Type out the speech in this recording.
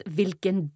vilken